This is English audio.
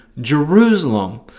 Jerusalem